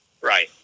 right